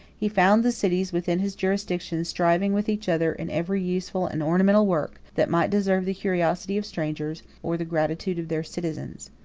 he found the cities within his jurisdiction striving with each other in every useful and ornamental work, that might deserve the curiosity of strangers, or the gratitude of their citizens.